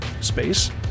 space